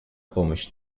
помощь